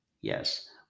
yes